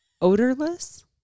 Odorless